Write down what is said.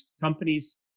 companies